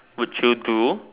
would you do